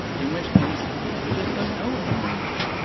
in which case we just don't know at the moment.